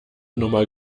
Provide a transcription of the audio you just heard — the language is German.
nummer